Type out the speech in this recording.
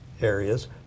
areas